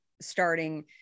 starting